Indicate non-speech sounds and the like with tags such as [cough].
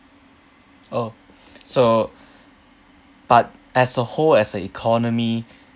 uh [breath] so [breath] but as a whole as a economy